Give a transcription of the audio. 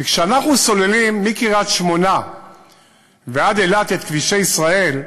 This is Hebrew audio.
כי כשאנחנו סוללים מקריית-שמונה ועד אילת את כבישי ישראל,